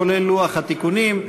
כולל לוח התיקונים.